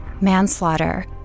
manslaughter